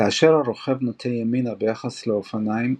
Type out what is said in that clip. כאשר הרוכב נוטה ימינה ביחס לאופניים,